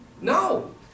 No